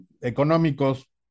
económicos